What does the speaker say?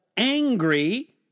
angry